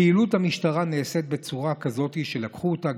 פעילות המשטרה נעשית בצורה כזאת שלקחו אותה,